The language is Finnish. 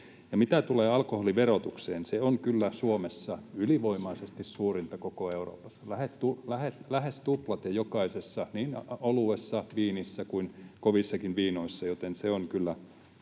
alkoholiverotukseen, se on kyllä Suomessa ylivoimaisesti suurinta koko Euroopassa, lähes tuplat jokaisessa, niin oluessa, viinissä kuin kovissa viinoissakin,